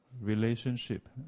relationship